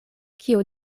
kiu